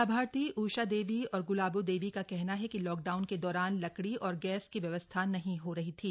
लाभार्थी उषा देवी और गुलाबो देवी का कहना है की लॉकडाउन के दौरान लकड़ी और गैस की व्यवस्था नहीं हो रही थी